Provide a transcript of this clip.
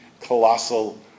colossal